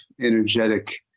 energetic